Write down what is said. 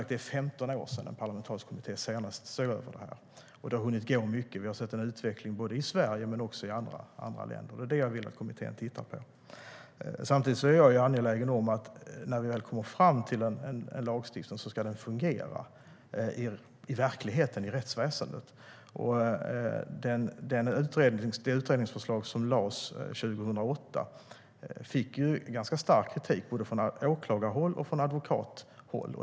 Det är 15 år sedan en parlamentarisk kommitté senast såg över detta, och mycket har hänt. Vi har sett en utveckling i både Sverige och andra länder, och det är detta jag vill att kommittén ska titta på. Jag är samtidigt angelägen om att en lagstiftning, när vi väl kommer fram till det, ska fungera i verkligheten och i rättsväsendet. Det utredningsförslag som lades fram 2008 fick ganska stark kritik från både åklagar och advokathåll.